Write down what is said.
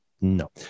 no